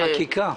חקיקה.